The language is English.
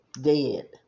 dead